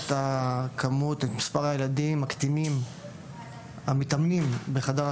כמספר לשני סגנונות